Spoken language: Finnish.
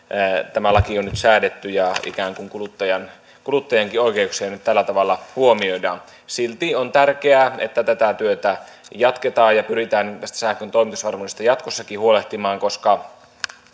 tämä laki on nyt säädetty ja ikään kuin kuluttajankin kuluttajankin oikeuksia nyt tällä tavalla huomioidaan silti on tärkeää että tätä työtä jatketaan ja pyritään tästä sähkön toimitusvarmuudesta jatkossakin huolehtimaan koska